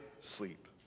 sleep